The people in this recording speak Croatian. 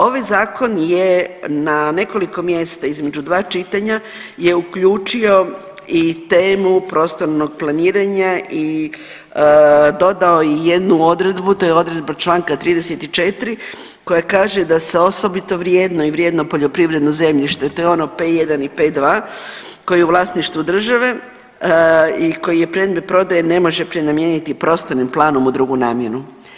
Ovaj zakon je na nekoliko mjesta između dva čitanja je uključio i temu prostornog planiranja i dodao je jednu odredbu to je odredba članka 34. koja kaže da se osobito vrijedno i vrijedno poljoprivredno zemljište to je ono P1 i P2 koje je u vlasništvu države i koji je predmet prodaje ne može prenamijeniti prostornim planom u drugu namjenu.